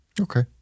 Okay